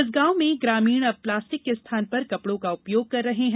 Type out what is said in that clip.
इस गांव में ग्रामीण अब प्लास्टिक के स्थान पर कपड़ों का उपयोग कर रहे हैं